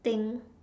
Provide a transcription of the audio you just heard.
thing